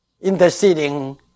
interceding